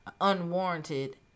unwarranted